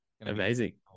Amazing